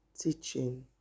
teaching